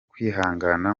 kwihangana